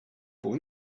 pour